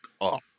up